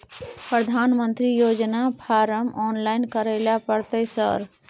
प्रधानमंत्री योजना form online करैले परतै सर?